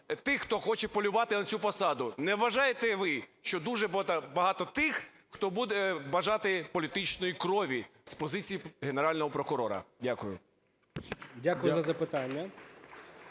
тих, хто хоче полювати на цю посаду. Не вважаєте ви, що дуже багато тих, хто буде бажати політичної крові з позиції Генерального прокурора? Дякую. 19:06:30